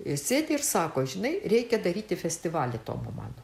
jis sėdi ir sako žinai reikia daryti festivalį tomo mano